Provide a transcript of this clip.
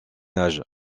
âge